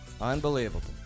Unbelievable